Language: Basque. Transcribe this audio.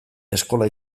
eskola